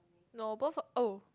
no both oh